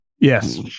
Yes